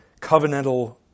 covenantal